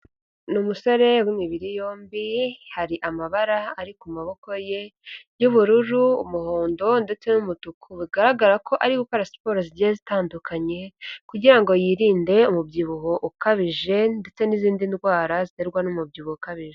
Ni umusore w'imibiri yombi, hari amabara ari ku maboko ye y'ubururu, umuhondo ndetse n'umutuku, bigaragara ko ari gukora siporo zigiye zitandukanye kugira ngo yirinde umubyibuho ukabije ndetse n'izindi ndwara ziterwa n'umubyiho ukabije.